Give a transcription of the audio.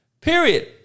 Period